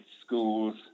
schools